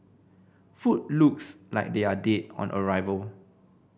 food looks like they are dead on arrival